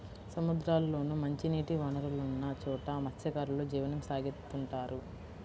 సముద్రాల్లోనూ, మంచినీటి వనరులున్న చోట మత్స్యకారులు జీవనం సాగిత్తుంటారు